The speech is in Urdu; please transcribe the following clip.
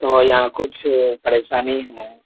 تو یہاں کچھ پریشانی ہے